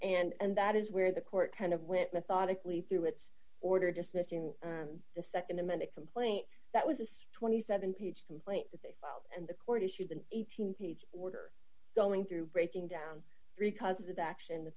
basis and that is where the court kind of went methodically through its order dismissing the nd amended complaint that was twenty seven page complaint that they filed and the court issued an eighteen page order going through breaking down three causes of action the